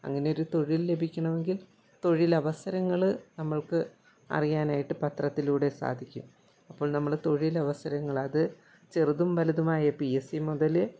അങ്ങനൊരു തൊഴിൽ ലഭിക്കണമെങ്കിൽ തൊഴിലവസരങ്ങൾ നമ്മൾക്ക് അറിയാനായിട്ട് പത്രത്തിലൂടെ സാധിക്കൂ അപ്പോൾ നമ്മൾ തൊഴിലവസരങ്ങൾ അത് ചെറുതും വലുതുമായ പി എസ് സി മുതൽ